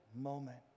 moment